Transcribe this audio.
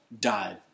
died